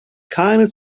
keine